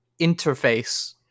interface